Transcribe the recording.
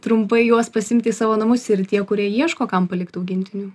trumpai juos pasiimti į savo namus ir tie kurie ieško kam palikti augintinių